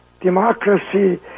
democracy